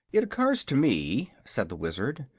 it occurs to me, said the wizard,